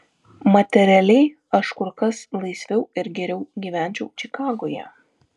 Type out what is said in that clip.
materialiai aš kur kas laisviau ir geriau gyvenčiau čikagoje